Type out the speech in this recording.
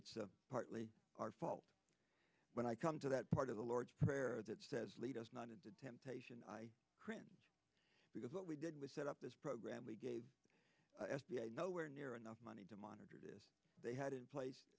it's partly our fault when i come to that part of the lord's prayer that says lead us not into temptation because what we did was set up this program we gave s b a nowhere near enough money to monitor this they had in place